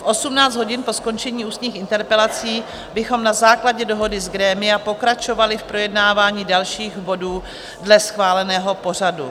V 18 hodin, po skončení ústních interpelací, bychom na základě dohody z grémia pokračovali v projednávání dalších bodů dle schváleného pořadu.